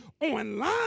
online